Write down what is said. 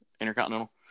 intercontinental